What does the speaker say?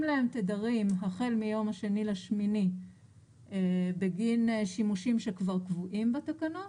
להם תדרים החל מיום ה־2/8 בגין שימושים שכבר קבועים בתקנות,